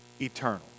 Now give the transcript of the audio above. eternal